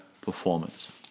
performance